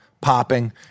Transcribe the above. popping